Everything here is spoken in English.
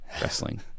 wrestling